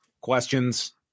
questions